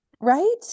Right